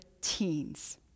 teens